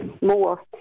more